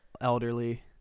elderly